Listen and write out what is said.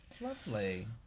Lovely